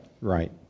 Right